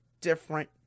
different